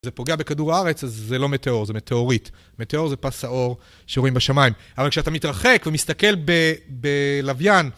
זה פוגע בכדור הארץ, אז זה לא מטאור, זה מטאוריט. מטאור זה פס האור שרואים בשמיים. אבל כשאתה מתרחק ומסתכל בלוויין...